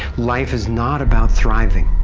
life is not about thriving.